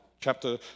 chapter